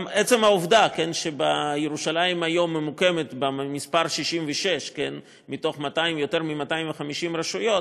גם עצם העובדה שירושלים היום ממוקמת במקום 66 מתוך יותר מ-250 רשויות,